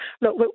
look